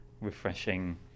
refreshing